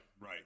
right